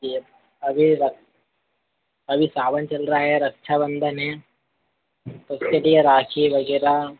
जी अब अभी रख अभी सावन चल रहा है या रक्षा बन्धन है तो उसके लिए राखी वगैरह